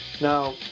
Now